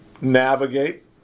navigate